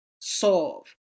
solve